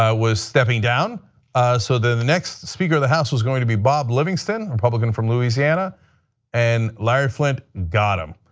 ah was stepping down so the next speaker of the house was going to be bob livingston, a republican from louisiana and larry flynt got him.